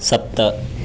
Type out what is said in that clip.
सप्त